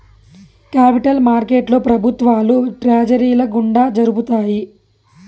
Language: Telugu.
కేపిటల్ మార్కెట్లో ప్రభుత్వాలు ట్రెజరీల గుండా జరుపుతాయి